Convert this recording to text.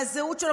מהזהות שלו,